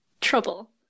Trouble